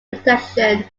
protection